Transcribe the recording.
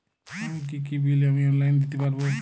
আর কি কি বিল আমি অনলাইনে দিতে পারবো?